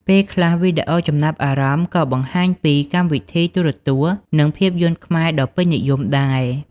ពេលខ្លះ វីដេអូចំណាប់អារម្មណ៍ក៏បង្ហាញពីកម្មវិធីទូរទស្សន៍ និងភាពយន្តខ្មែរដ៏ពេញនិយមដែរ។